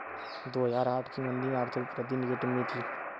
दो हजार आठ की मंदी में आर्थिक वृद्धि नेगेटिव में थी